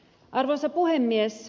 arvoisa puhemies